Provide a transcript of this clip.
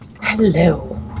Hello